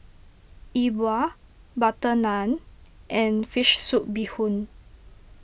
E Bua Butter Naan and Fish Soup Bee Hoon